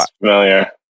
familiar